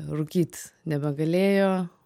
rūkyt nebegalėjo